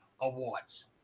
Awards